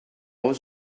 was